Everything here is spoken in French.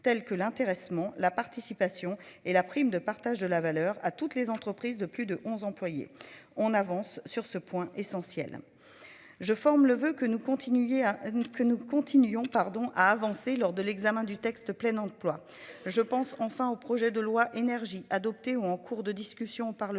tels que l'intéressement, la participation et la prime de partage de la valeur à toutes les entreprises de plus de 11 employés, on avance sur ce point essentiel. Je forme le voeu que nous continuer à que nous continuions pardon a avancé lors de l'examen du texte plein emploi je pense enfin au projet de loi énergie adoptées ou en cours de discussion au